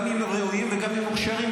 גם אם הם ראויים וגם אם מוכשרים,